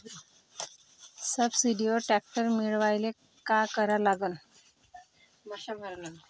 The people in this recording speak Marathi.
सबसिडीवर ट्रॅक्टर मिळवायले का करा लागन?